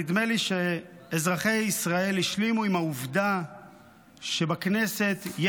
נדמה לי שאזרחי ישראל השלימו עם העובדה שבכנסת יש